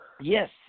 Yes